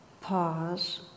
Pause